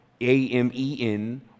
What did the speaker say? A-M-E-N